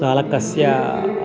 चालकस्य